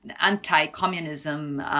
anti-communism